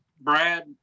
brad